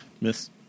Miss